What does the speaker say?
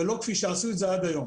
ולא כפי שעשו את זה עד היום.